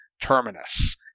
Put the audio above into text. terminus